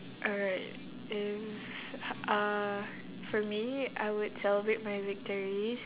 alright if uh for me I would celebrate my victories